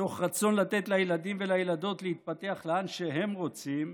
מתוך רצון לתת לילדים ולילדות להתפתח לאן שהם רוצים,